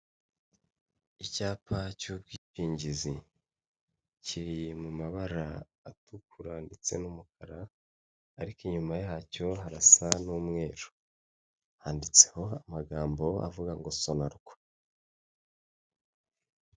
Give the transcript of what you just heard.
Icyapa cy'ubwishingizi kiri mu mabara atukura ndetse n'umukara, ariko inyuma yacyo harasa n'umweru handitseho amagambo avuga ngo sonarwa.